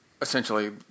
essentially